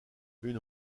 une